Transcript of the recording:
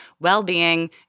well-being